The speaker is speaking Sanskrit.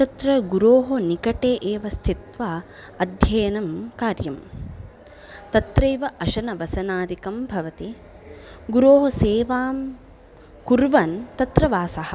तत्र गुरोः निकटे एव स्थित्वा अध्ययनं कार्यं तत्रैव अशनवसनादिकं भवति गुरोः सेवां कुर्वन् तत्र वासः